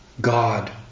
God